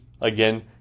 again